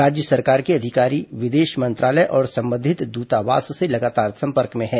राज्य सरकार के अधिकारी विदेश मंत्रालय और संबंधित दूतावास से लगातार संपर्क में हैं